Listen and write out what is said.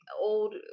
old